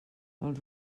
els